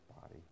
body